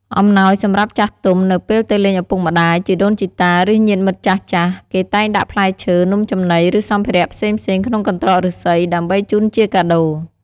អំណោយសម្រាប់ចាស់ទុំ នៅពេលទៅលេងឪពុកម្តាយ ជីដូនជីតា ឬញាតិមិត្តចាស់ៗ គេតែងដាក់ផ្លែឈើ នំចំណី ឬសម្ភារៈផ្សេងៗក្នុងកន្ត្រកឫស្សី ដើម្បីជូនជាកាដូរ។